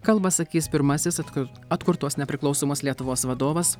kalbą sakys pirmasis atkur atkurtos nepriklausomos lietuvos vadovas